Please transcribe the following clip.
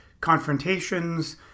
confrontations